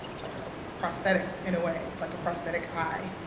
it's like a prosthetic in a way. it's like a prosthetic eye.